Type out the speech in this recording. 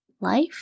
Life